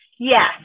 Yes